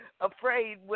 afraid